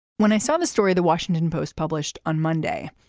when i saw this story the washington post published on monday,